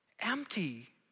empty